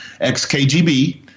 XKGB